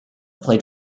played